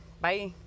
Bye